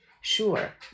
Sure